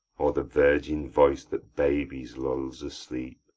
or the virgin voice that babies lulls asleep!